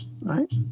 right